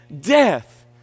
death